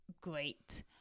great